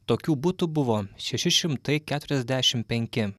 tokių butų buvo šeši šimtai keturiasdešimt penki